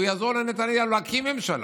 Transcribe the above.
הוא יעזור לנתניהו להקים ממשלה.